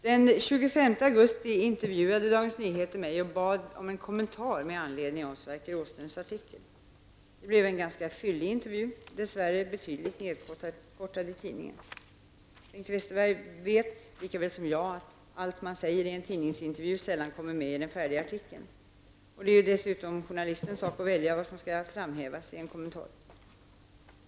Den 25 augusti intervjuade Dagens Nyheter mig och bad om en kommentar med anledning av Det blev en ganska fyllig intervju, dess värre betydligt nedkortad i tidningen. Bengt Westerberg vet, likaväl som jag, att allt man säger i en tidningsintervju sällan kommer med i den färdiga artikeln. Det är dessutom journalistens sak att välja vad som skall framhävas i en kommentar.